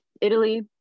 Italy